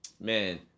man